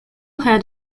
had